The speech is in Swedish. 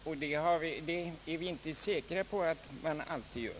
Och det är vi inte säkra på att man alltid gör.